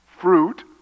fruit